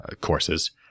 courses